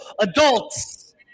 adults